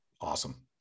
Awesome